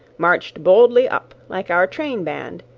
march'd boldly up, like our train-band,